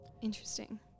Interesting